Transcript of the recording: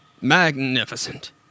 Magnificent